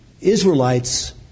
Israelites